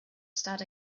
start